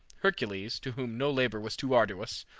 hercules, to whom no labor was too arduous,